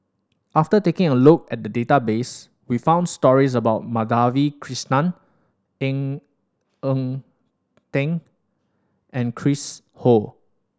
after taking a look at database we found stories about Madhavi Krishnan Ng Eng Teng and Chris Ho